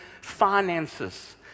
finances